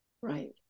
Right